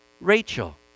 Rachel